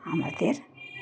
আমরাাদেরের